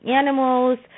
animals